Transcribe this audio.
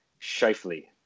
Shifley